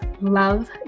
love